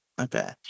Okay